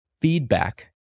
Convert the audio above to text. feedback